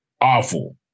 awful